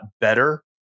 better